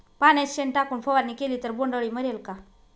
पाण्यात शेण टाकून फवारणी केली तर बोंडअळी मरेल का?